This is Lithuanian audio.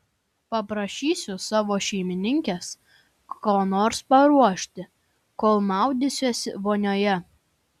paprašysiu savo šeimininkės ko nors paruošti kol maudysiuosi vonioje